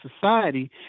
society